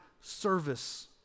service